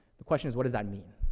the question is what does that mean?